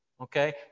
Okay